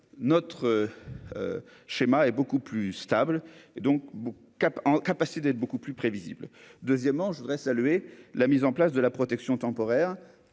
notre schéma est beaucoup plus stable et donc bon cap en capacité d'être beaucoup plus prévisible, deuxièmement je voudrais saluer la mise en place de la protection temporaire